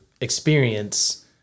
experience